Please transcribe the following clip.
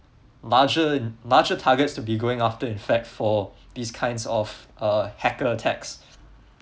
larger larger targets to be going after in fact for these kinds of uh hacker attacks